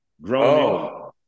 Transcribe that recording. grown